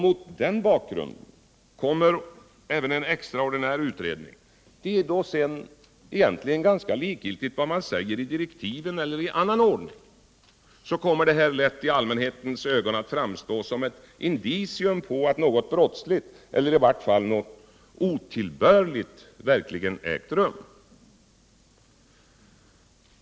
Mot den bakgrunden kommer även en extraordinär utredning—- det är sedan ganska likgiltigt vad man säger i direktiven eller i annan ordning - i allmänhetens ögon lätt att framstå som ett indicium på att något brottsligt eller i varje fall något otillbörligt verkligen ägt rum.